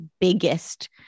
biggest